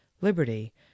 liberty